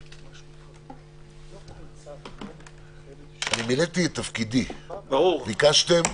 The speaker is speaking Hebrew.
אני כאן כדי לחזור ולומר שהכנסת,